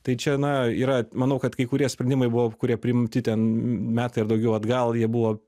tai čia na yra manau kad kai kurie sprendimai buvo kurie priimti ten metai ar daugiau atgal jie buvo